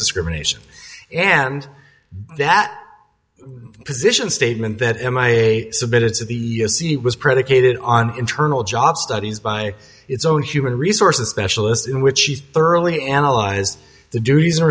discrimination and that position statement that m i submitted to the s c was predicated on internal job studies by its own human resources specialist in which she thoroughly analyzed the